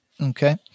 Okay